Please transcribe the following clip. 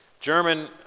German